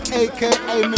aka